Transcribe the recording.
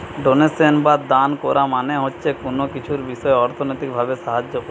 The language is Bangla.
ডোনেশন বা দান কোরা মানে হচ্ছে কুনো কিছুর বিষয় অর্থনৈতিক ভাবে সাহায্য কোরা